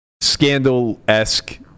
scandal-esque